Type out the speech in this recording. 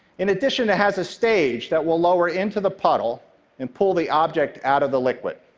in addition, it has a stage that will lower into the puddle and pull the object out of the liquid.